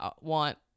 want